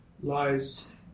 lies